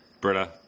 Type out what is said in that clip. Britta